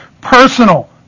personal